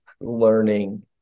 learning